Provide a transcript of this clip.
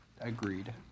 Agreed